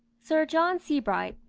sir john sebright,